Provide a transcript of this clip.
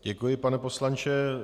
Děkuji, pane poslanče.